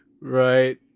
right